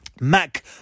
Mac